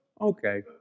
okay